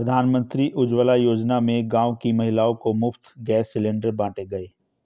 प्रधानमंत्री उज्जवला योजना में गांव की महिलाओं को मुफ्त गैस सिलेंडर बांटे गए